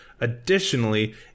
additionally